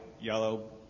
yellow